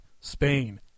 Spain